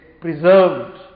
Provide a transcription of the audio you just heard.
preserved